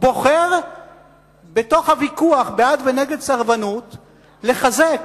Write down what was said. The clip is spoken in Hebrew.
בוחר בתוך הוויכוח בעד ונגד סרבנות לחזק,